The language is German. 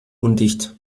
undicht